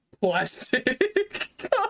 Plastic